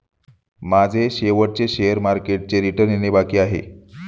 माझे शेवटचे शेअर मार्केटचे रिटर्न येणे बाकी आहे